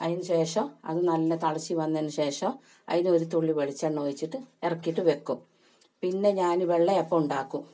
അതിന് ശേഷം അത് നല്ല തിളച്ച് വന്നതിന് ശേഷം അതിൽ ഒരു തുള്ളി ഒഴിച്ചിട്ട് ഇറക്കിയിട്ട് വയ്ക്കും പിന്നെ ഞാൻ വെള്ളയപ്പം ഉണ്ടാക്കും